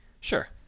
Sure